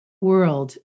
world